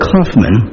Kaufman